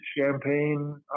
champagne